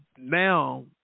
Now